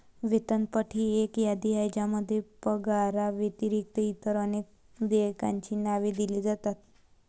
वेतनपट ही एक यादी आहे ज्यामध्ये पगाराव्यतिरिक्त इतर अनेक देयकांची नावे दिली जातात